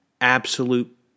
absolute